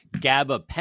GABA